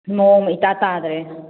ꯃꯑꯣꯡ ꯑꯃ ꯏꯇꯥ ꯇꯥꯗꯔꯦ